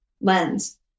lens